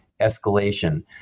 escalation